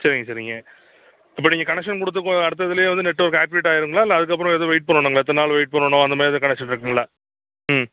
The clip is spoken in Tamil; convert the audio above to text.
சரிங்க சரிங்க இப்போ நீங்கள் கனெக்ஷன் கொடுத்து இப்போ அடுத்த இதிலேயே வந்து நெட்வொர்க் ஆக்டிவேட் ஆய்டுங்களா இல்லை அதுக்கப்புறம் எதுவும் வெயிட் பண்ணணுங்களா இத்தனை நாள் வெயிட் பண்ணணும் அந்த மாதிரி எதுவும் கனெக்ஷன் இருக்குதுங்களா ம்